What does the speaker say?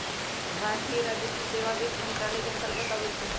भारतीय राजस्व सेवा वित्त मंत्रालय के अंतर्गत आबइ छै